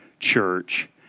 church